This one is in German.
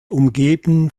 umgeben